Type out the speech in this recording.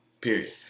period